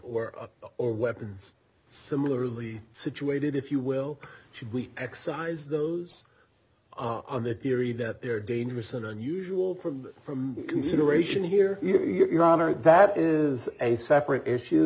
or or weapons similarly situated if you will should we exercise those on the theory that they are dangerous or unusual from from consideration here you're honor that is a separate issue